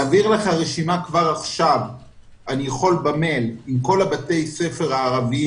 אני יכול להעביר לך רשימה במייל כבר עכשיו עם כל בתי הספר הערביים,